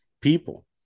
people